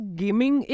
gaming